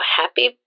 happy